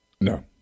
No